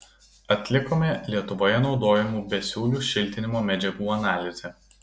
atlikome lietuvoje naudojamų besiūlių šiltinimo medžiagų analizę